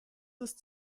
ist